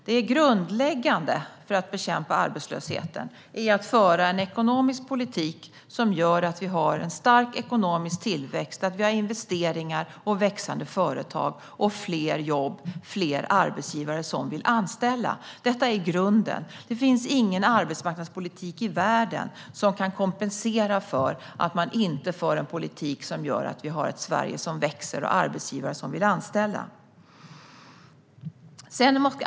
Det grundläggande för att bekämpa arbetslösheten är att föra en ekonomisk politik som gör att vi har en stark ekonomisk tillväxt, investeringar, växande företag, fler jobb och fler arbetsgivare som vill anställa. Det finns ingen arbetsmarknadspolitik i världen som kan kompensera för att man inte för en politik som gör att vi har ett Sverige som växer och arbetsgivare som vill anställa.